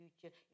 future